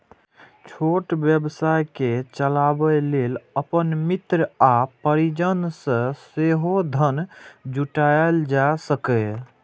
छोट व्यवसाय कें चलाबै लेल अपन मित्र आ परिजन सं सेहो धन जुटायल जा सकैए